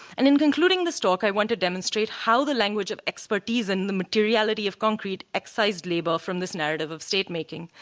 and in concluding this talk, i want to demonstrate how the language of expertise and the materiality of concrete excised labor from this narrative of state making.